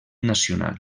nacional